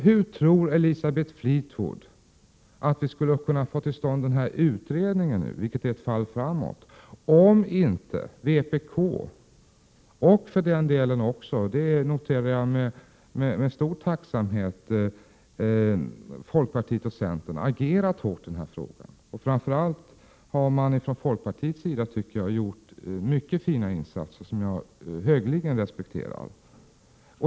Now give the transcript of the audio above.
Hur tror Elisabeth Fleetwood att vi skulle ha kunnat få till stånd den här utredningen, vilket är ett fall framåt, om inte vpk och för den delen också — det noterar jag med stor tacksamhet — folkpartiet och centern agerat hårt i den här frågan? Framför allt tycker jag att man från folkpartiets sida har gjort mycket fina insatser som jag högeligen respekterar.